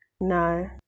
No